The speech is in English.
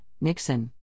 Nixon